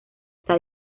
está